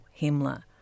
Himmler